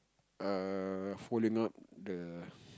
err folding up the